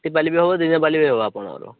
ରାତି ପାଇଲେ ବି ହବ ଦିନ ପାଇଲେ ବି ହବ ଆପଣଙ୍କର